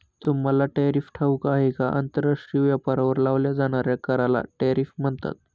तुम्हाला टॅरिफ ठाऊक आहे का? आंतरराष्ट्रीय व्यापारावर लावल्या जाणाऱ्या कराला टॅरिफ म्हणतात